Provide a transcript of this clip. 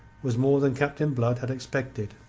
was more than captain blood had expected.